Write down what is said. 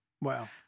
Wow